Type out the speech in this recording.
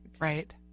Right